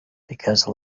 because